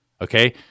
okay